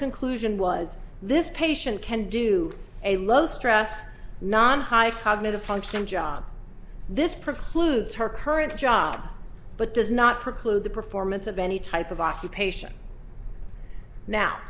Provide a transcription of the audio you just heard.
conclusion was this patient can do a low stress non high cognitive function job this precludes her current job but does not preclude the performance of any type of occupation now